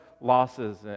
losses